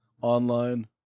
online